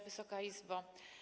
Wysoka Izbo!